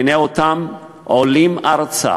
והנה, אותם עולים ארצה